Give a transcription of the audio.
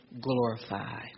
glorified